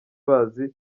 bazi